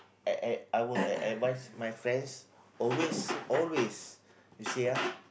uh uh I will advice my friends always always you see ya